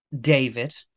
David